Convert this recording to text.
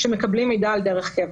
שמקבלים מידע דרך קבע,